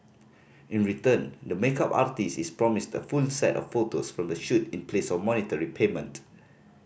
in return the makeup artist is promised a full set of photos from the shoot in place of monetary payment